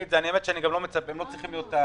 את זה האמת היא שהם לא צריכים להיות לא המחוקקים,